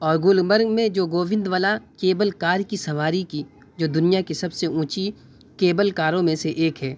اور گلمرگ میں جو گووند ولا كیبل كار كی سواری كی جو دنیا كی سب سے اونچی کیبل کاروں میں ایک ہے